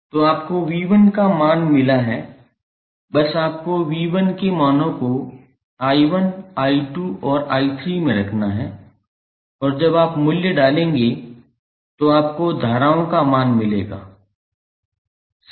तो आपको 𝑉1 का मान मिला है बस आपको 𝑉1 के मानों को 𝐼1 𝐼2 और 𝐼3 में रखना है और जब आप मूल्य डालेंगे तो आपको धाराओं का मान मिलेगा सही